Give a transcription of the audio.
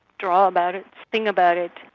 draw about it, sing about it,